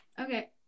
Okay